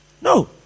No